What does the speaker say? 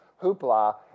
hoopla